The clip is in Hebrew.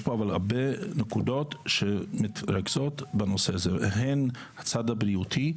יש פה הרבה נקודות שמתרכזות בנושא הזה הן הצד הבריאותי,